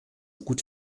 gut